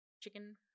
chicken